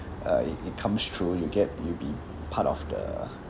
uh it it comes through you get you'll be part of the